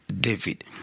David